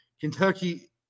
Kentucky